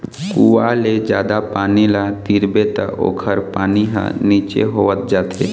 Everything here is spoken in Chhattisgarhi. कुँआ ले जादा पानी ल तिरबे त ओखर पानी ह नीचे होवत जाथे